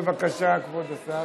בבקשה, כבוד השר.